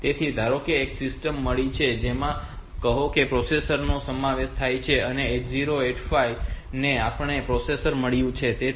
તેથી ધારો કે તમને એક સિસ્ટમ મળી છે જેમાં કહો કે પ્રોસેસર નો સમાવેશ થાય છે અને આ 8085 પ્રોસેસર છે અને આપણને આ પ્રોસેસર મળ્યું છે